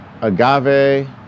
agave